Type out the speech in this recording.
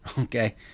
Okay